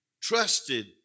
trusted